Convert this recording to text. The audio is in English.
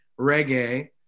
reggae